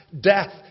death